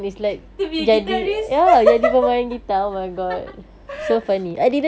to be a guitarist